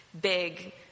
big